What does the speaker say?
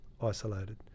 isolated